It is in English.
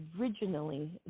originally